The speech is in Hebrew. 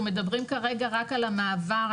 אנחנו מדברים כרגע רק על המעבר,